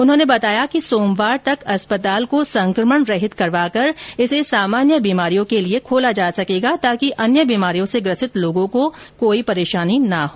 उन्होंने बताया कि सोमवार तक अस्पताल को संक्रमण रहित करवाकर इसे सामान्य बीमारियों के लिए खोला जा सकेगा ताकि अन्य बीमारियों से ग्रसित लोगों को कोई परेशानी ना हो